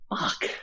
fuck